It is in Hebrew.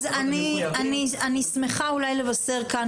אז אני שמחה אולי לבשר כאן,